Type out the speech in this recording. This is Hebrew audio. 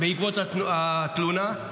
בעקבות התלונה.